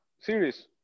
series